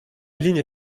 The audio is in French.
ligne